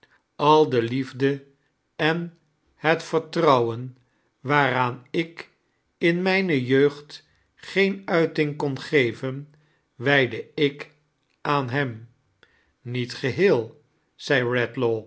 al de liefde an het vartrouwen waaraan ik in mijne jeugd geen udftiing kon gevem wijdde ik aaa hem niet geheel